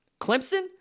Clemson